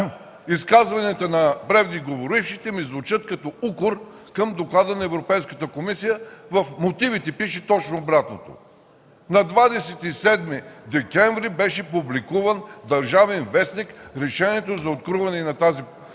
Изказванията на преждеговорившите ми звучат като укор към доклада на Европейската комисия. В мотивите пише точно обратното. На 27 декември беше публикувано в „Държавен вестник” Решението за откриване на тази процедура